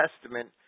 testament